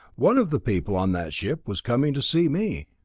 one of the people on that ship was coming to see me.